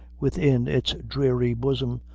within its dreary bosom,